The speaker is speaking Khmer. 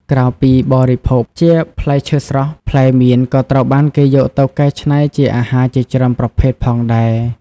ក្រៅពីបរិភោគជាផ្លែឈើស្រស់ ផ្លែមៀនក៏ត្រូវបានគេយកទៅកែច្នៃជាអាហារជាច្រើនប្រភេទផងដែរ។